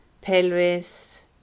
pelvis